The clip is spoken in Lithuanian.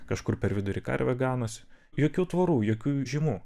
kažkur per vidurį karvė ganosi jokių tvorų jokių žymų